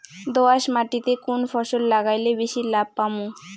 দোয়াস মাটিতে কুন ফসল লাগাইলে বেশি লাভ পামু?